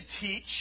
teach